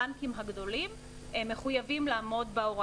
הבנקים הגדולים מחויבים לעמוד בהוראה.